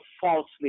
falsely